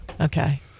Okay